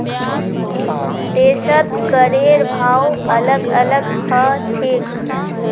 देशत करेर भाव अलग अलग ह छेक